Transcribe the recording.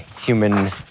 human